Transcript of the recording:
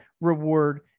reward